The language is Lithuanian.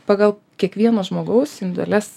pagal kiekvieno žmogaus individualias